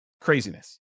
craziness